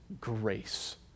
grace